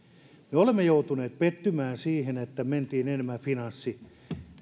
me olemme joutuneet pettymään siihen että mentiin enemmän finanssipuolelle